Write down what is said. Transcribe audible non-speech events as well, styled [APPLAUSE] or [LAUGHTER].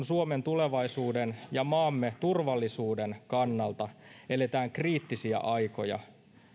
[UNINTELLIGIBLE] suomen tulevaisuuden ja maamme turvallisuuden kannalta eletään kriittisiä aikoja